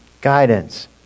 guidance